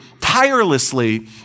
tirelessly